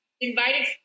invited